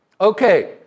Okay